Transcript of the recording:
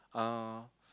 uh